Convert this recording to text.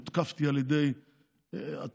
הותקפתי על ידי התקשורת,